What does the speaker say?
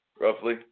roughly